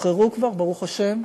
שהשתחררו כבר, ברוך השם.